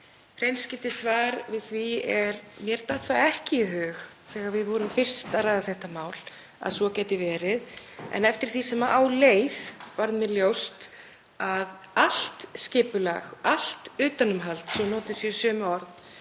Hreinskiptið svar við því er að mér datt það ekki í hug þegar við vorum fyrst að ræða þetta mál að svo gæti verið. En eftir því sem á leið varð mér ljóst að allt skipulag, allt utanumhald, svo notuð séu sömu orð